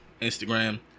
Instagram